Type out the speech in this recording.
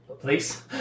Please